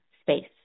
space